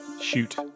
Shoot